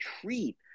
treat